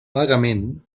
vagament